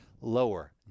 lower